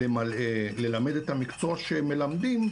ללמד את המקצוע שהם מלמדים,